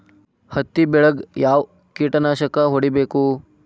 ಹತ್ತಿ ಬೆಳೇಗ್ ಯಾವ್ ಕೇಟನಾಶಕ ಹೋಡಿಬೇಕು?